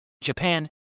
Japan